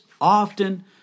often